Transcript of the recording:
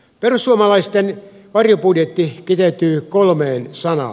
perussuomalaisten varjobudjetti kiteytyy kolmeen sanaan